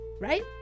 right